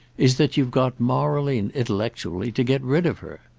is that you've got morally and intellectually to get rid of her.